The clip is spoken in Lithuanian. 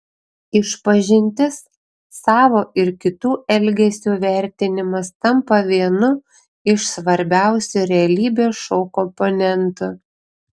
išpažintis savo ir kitų elgesio vertinimas tampa vienu iš svarbiausių realybės šou komponentų